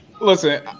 Listen